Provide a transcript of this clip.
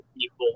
people